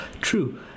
true